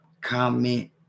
comment